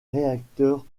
réacteurs